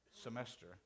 semester